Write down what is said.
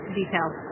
details